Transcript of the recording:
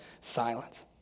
silence